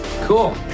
Cool